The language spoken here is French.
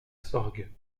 sorgue